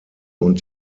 und